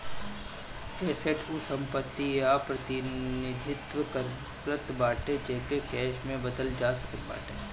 asset उ संपत्ति कअ प्रतिनिधित्व करत बाटे जेके कैश में बदलल जा सकत बाटे